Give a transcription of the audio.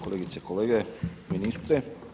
Kolegice i kolege, ministre.